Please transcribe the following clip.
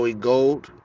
Gold